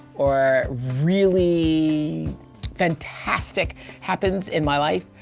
or really fantastic happens in my life,